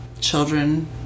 children